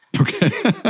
Okay